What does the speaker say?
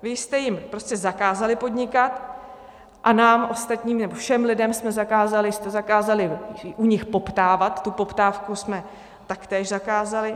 Vy jste jim prostě zakázali podnikat a nám ostatním, nebo všem lidem jsme zakázali, jste zakázali u nich poptávat, tu poptávku jsme taktéž zakázali.